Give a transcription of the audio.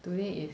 today is